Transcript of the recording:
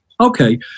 Okay